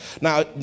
Now